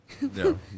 No